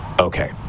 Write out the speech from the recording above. okay